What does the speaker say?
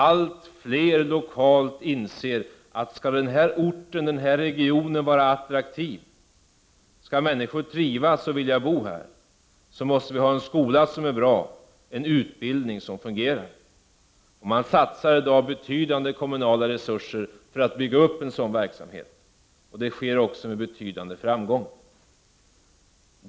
Allt fler på det lokala planet inser att skall den här orten vara attraktiv, skall människor trivas och vilja bo här, så måste vi ha en skola som är bra, en utbildning som fungerar. Man satsar i dag betydande kommunala resurser för att bygga upp en sådan verksamhet, och det sker också med betydande framgång.